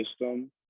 system